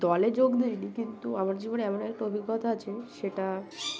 দলে যোগ দিইনি কিন্তু আমার জীবনে এমন একটা অভিজ্ঞতা আছে সেটা